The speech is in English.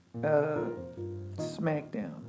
Smackdown